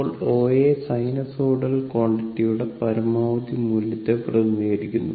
അപ്പോൾ OA sinusoidal ക്വാണ്ടിറ്റിയുടെ പരമാവധി മൂല്യത്തെ പ്രതിനിധീകരിക്കുന്നു